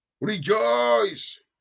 Rejoice